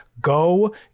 go